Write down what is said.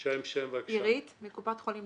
לאומי,